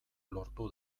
lortu